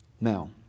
Now